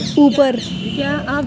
اوپر